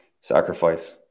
Sacrifice